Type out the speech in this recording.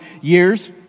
years